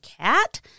cat